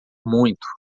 muito